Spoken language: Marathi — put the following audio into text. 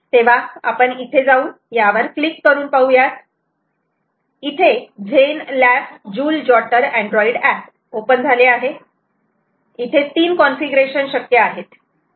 तेव्हा आपण इथे जाऊन यावर क्लिक करून पाहुयात इथे झेन लॅब जुल जॉटर अँड्रॉइड एप ओपन झाले आहे इथे तीन कॉन्फिगरेशन शक्य आहेत